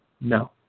No